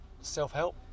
self-help